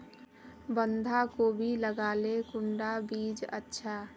बंधाकोबी लगाले कुंडा बीज अच्छा?